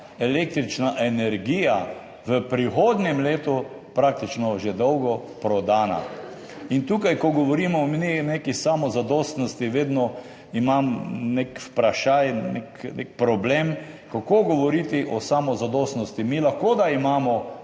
električna energija v prihodnjem letu praktično že dolgo prodana. Ko govorimo o neki samozadostnosti, imam vedno nek vprašaj, nek problem, kako govoriti o samozadostnosti. Lahko, da imamo,